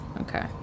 Okay